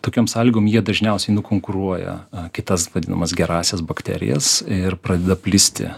tokiom sąlygom jie dažniausiai nukonkuruoja kitas vadinamas gerąsias bakterijas ir pradeda plisti